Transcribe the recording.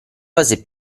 fase